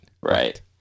Right